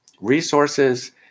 resources